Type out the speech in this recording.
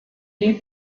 die